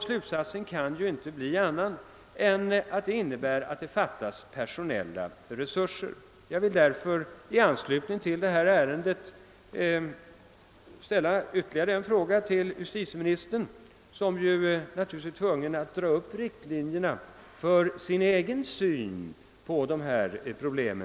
Slutsatsen kan inte bli någon annan än att det fattas personella resurser. Jag vill därför i anslutning till detta ärende ställa ytterligare en fråga till justitie ministern, som naturligtvis är tvungen att dra upp riktlinjerna för sin egen syn på dessa problem.